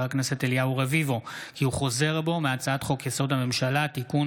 הכנסת אליהו רביבו כי הוא חוזר בו מהצעת חוק-יסוד: הממשלה (תיקון,